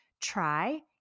try